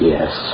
Yes